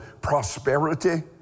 prosperity